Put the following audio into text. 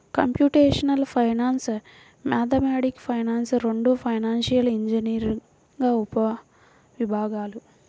computational finance, mathematical finance రెండూ financial engineering ఉపవిభాగాలు